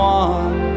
one